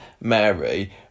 mary